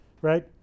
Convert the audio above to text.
right